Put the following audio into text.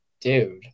dude